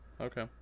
Okay